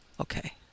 Okay